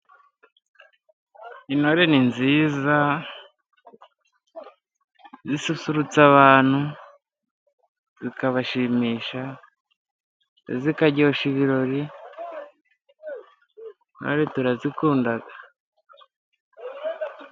Intore ni nziza, zisusurutsa abantu, bikabashimisha, zikaryoshya ibirori. Intore turazikunda.